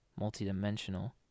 multidimensional